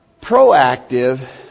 Proactive